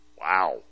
Wow